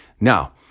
Now